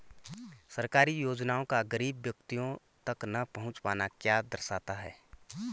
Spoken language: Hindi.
सरकारी योजनाओं का गरीब व्यक्तियों तक न पहुँच पाना क्या दर्शाता है?